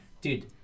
Dude